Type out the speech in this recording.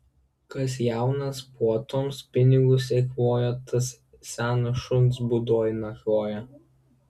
kas jaunas puotoms pinigus eikvojo tas senas šuns būdoj nakvoja